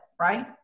right